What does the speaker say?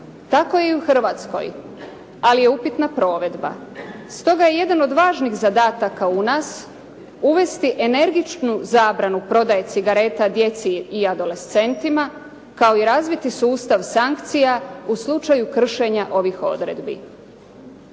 Tako i u Hrvatskoj, ali je upitna provedba. Stoga je jedan od važnih zadataka u nas, uvesti energičnu zabranu prodaje cigareta djeci i adolescentima kao i razviti sustav sankcija u slučaju kršenja ovih odredbi.